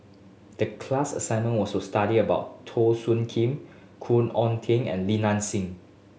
the class assignment was to study about Teo Soon Kim Khoon Oon and Li Nanxing